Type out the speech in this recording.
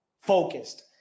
focused